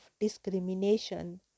Discrimination